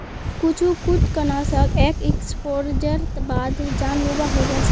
कुछु कृंतकनाशक एक एक्सपोजरेर बाद जानलेवा हय जा छ